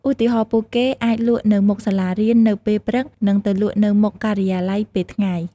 ឧទាហរណ៍ ពួកគេអាចលក់នៅមុខសាលារៀននៅពេលព្រឹកនិងទៅលក់នៅមុខការិយាល័យពេលថ្ងៃ។